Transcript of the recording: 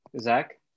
Zach